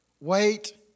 wait